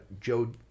Joe